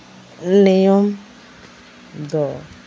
ᱱᱤᱭᱚᱢ ᱫᱚ